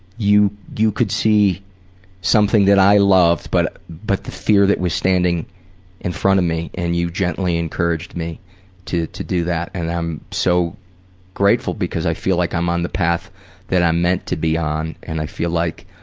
you you could see something that i love but but the fear that was standing in front of me and you gently encouraged me to to do that and i'm so grateful, because i feel like i'm on the path that i'm meant to be on and i feel like